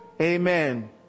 Amen